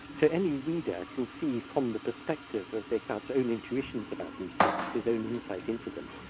so any reader can see from the perspective of descartes' own intuitions about these things, his own insight into them,